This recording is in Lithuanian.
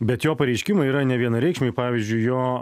bet jo pareiškimai yra nevienareikšmiai pavyzdžiui jo